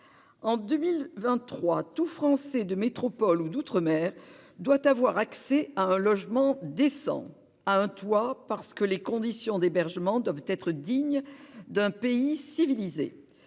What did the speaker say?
En 2023, chaque Français de métropole ou d'outre-mer doit avoir accès à un logement décent et à un toit, parce que les conditions d'hébergement doivent être dignes dans un pays civilisé.